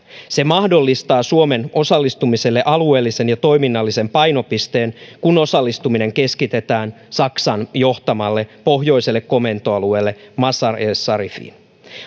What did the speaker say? se mahdollistaa suomen osallistumiselle alueellisen ja toiminnallisen painopisteen kun osallistuminen keskitetään saksan johtamalle pohjoiselle komentoalueelle mazar i sharifiin